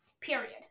period